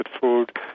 food